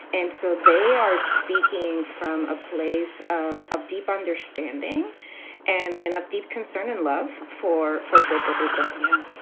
and so they are speaking from a place of of deep understanding and and of deep concern and love for for puerto rico yeah.